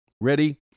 Ready